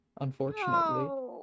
Unfortunately